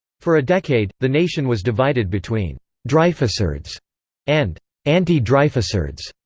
for a decade, the nation was divided between dreyfusards and anti-dreyfusards,